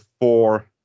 four